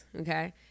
okay